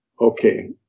okay